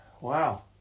Wow